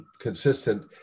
consistent